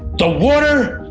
the water